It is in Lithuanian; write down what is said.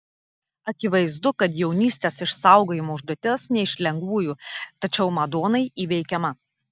akivaizdu kad jaunystės išsaugojimo užduotis ne iš lengvųjų tačiau madonai įveikiama